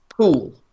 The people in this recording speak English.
Cool